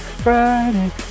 Friday